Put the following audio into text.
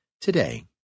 today